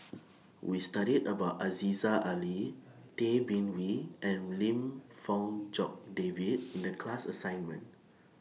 We studied about Aziza Ali Tay Bin Wee and Lim Fong Jock David in The class assignment